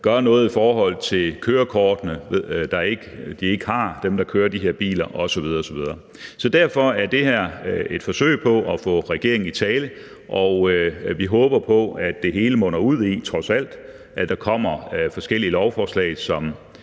gør noget i forhold til kørekortene, som dem, der kører de her biler, ikke har, osv. osv. Så derfor er det her et forsøg på at få regeringen i tale, og vi håber på, at det hele munder ud i – trods alt – at der, som justitsministeren også